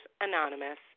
Anonymous